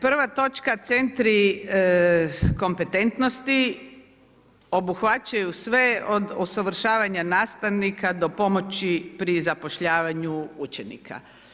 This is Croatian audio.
Prva točka centri kompetentnosti obuhvaćaju sve od usavršavanja nastavnika do pomoći pri zapošljavanju učenika.